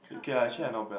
truffle